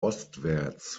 ostwärts